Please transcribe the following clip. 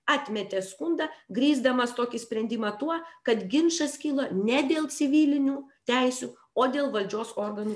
atmetė skundą grįsdamas tokį sprendimą tuo kad ginčas kilo ne dėl civilinių teisių o dėl valdžios organų